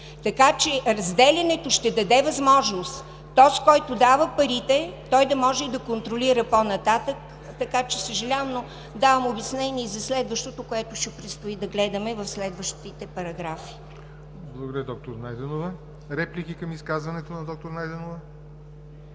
Така че разделянето ще даде възможност този, който дава парите, той да може да контролира по-нататък. Съжалявам, но давам обяснение и за следващото, което предстои да гледаме в следващите параграфи. ПРЕДСЕДАТЕЛ ЯВОР НОТЕВ: Благодаря, доктор Найденова. Реплики към изказването на доктор Найденова?